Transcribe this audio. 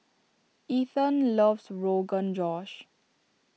Ethan loves Rogan Josh